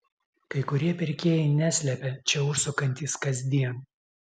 kai kurie pirkėjai neslepia čia užsukantys kasdien